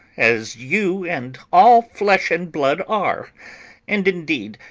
as you and all flesh and blood are and, indeed,